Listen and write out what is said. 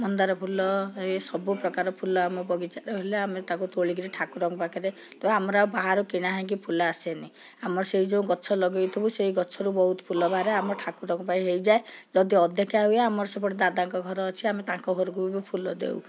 ମନ୍ଦାର ଫୁଲ ଏସବୁ ପ୍ରକାର ଫୁଲ ଆମ ବଗିଚା ରହିଲା ଆମେ ତାକୁ ତୋଳିକି ଠାକୁରଙ୍କ ପାଖରେ ଆମର ଆଉ ବାହାରୁ କିଣା ହେଇକି ଫୁଲ ଆସେନି ଆମର ସେଇ ଯେଉଁ ଗଛ ଲଗେଇଥିବୁ ସେଇ ଗଛରୁ ବହୁତ ଫୁଲ ବାହାରେ ଆମ ଠାକୁରଙ୍କ ପାଇଁ ହେଇଯାଏ ଯଦି ଅଧିକା ହୁଏ ଆମର ସେପଟେ ଦାଦାଙ୍କ ଘର ଅଛି ଆମେ ତାଙ୍କ ଘରକୁ ବି ଫୁଲ ଦେଉ